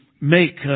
make